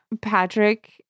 Patrick